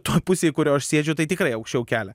toj pusėj kurio aš sėdžiu tai tikrai aukščiau kelia